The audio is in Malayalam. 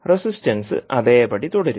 റെസിസ്റ്റൻസ് അതേപടി തുടരും